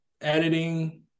editing